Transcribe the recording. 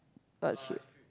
but shit